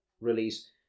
release